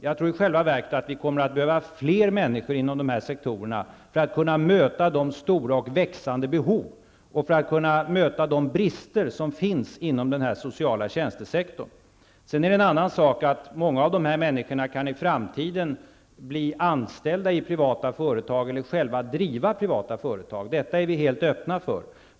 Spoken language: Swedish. Jag tror i själva verket att vi kommer att behöva fler människor inom dessa sektorer för att det skall bli möjligt att möta de stora och växande behoven och de brister som finns inom den sociala tjänstesektorn. En annan sak är att många av dessa människor i framtiden kan bli anställda i privata företag eller själva driva privata företag. Detta är vi helt öppna för.